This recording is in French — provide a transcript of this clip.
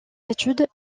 études